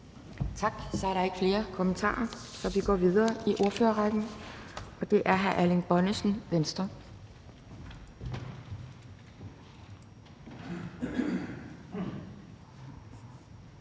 Tak. Så er der ikke flere kommentarer, så vi går videre i ordførerrækken, og det er hr. Erling Bonnesen, Venstre.